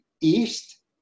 east